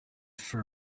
for